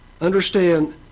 understand